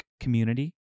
community